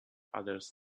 others